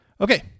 Okay